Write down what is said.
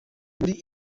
muri